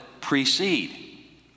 precede